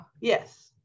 yes